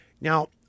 Now